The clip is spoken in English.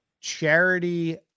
Charity